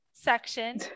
section